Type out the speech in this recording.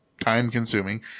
time-consuming